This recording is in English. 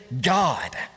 God